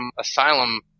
Asylum